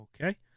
Okay